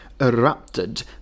erupted